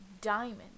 diamond